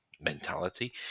mentality